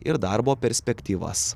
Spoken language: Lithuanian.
ir darbo perspektyvas